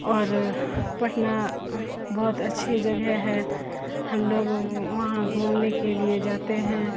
اور پٹنہ بہت اچھی جگہ ہے ہم لوگ وہاں گھومنے کے لیے جاتے ہیں